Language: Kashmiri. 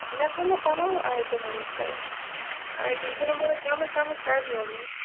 مےٚ تھوٚومو تمام آیٹَمو منٛزٕ تۅہہِ آیٹَم تھوٚومو مگر کَمٕے کَمٕے ساروِیَو منٛزٕ